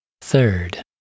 Third